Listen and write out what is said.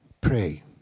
pray